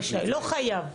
רשאי, לא חייב.